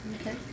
Okay